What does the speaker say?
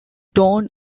dawn